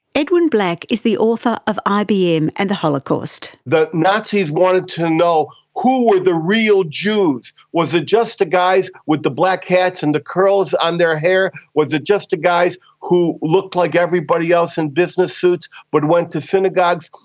edwin black is the author of ibm and the holocaust. the nazis wanted to know who were the real jews. was it just the guys with the black hats and the curls on their hair? was it just the guys who looked like everybody else in business suits or but went to synagogues?